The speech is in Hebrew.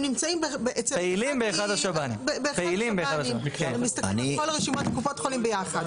נמצאים באחד השב"נים ומסתכלים על כל רשימות קופות החולים ביחד.